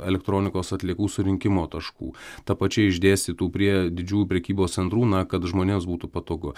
elektronikos atliekų surinkimo taškų ta pačiai išdėstytų prie didžiųjų prekybos centrų na kad žmonėms būtų patogu